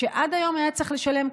שעד היום היה צריך לשלם,